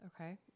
Okay